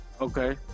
Okay